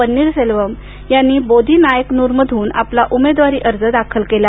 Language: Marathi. पन्नीरसेल्वम यांनी बोदी नायाकानुर मधून आपला उमेदवारी अर्ज दाखल केला